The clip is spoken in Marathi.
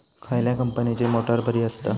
खयल्या कंपनीची मोटार बरी असता?